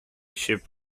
ship